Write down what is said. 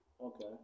Okay